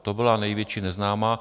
To byla největší neznámá.